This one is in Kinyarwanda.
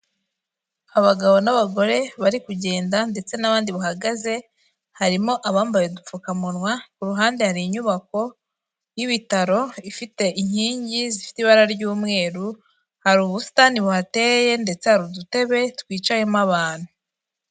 Abagabo n'abagore bari kugenda ndetse n'abandi bahagaze, harimo abambaye udupfukamunwa. Ku ruhande hari inyubako y'ibitaro ifite inkingi zifite ibara ry'umweru, hari ubusitani buhateye, ndetse hari udutebe twicayemo abantu.